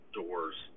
doors